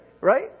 Right